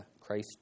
Christ